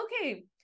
okay